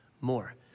more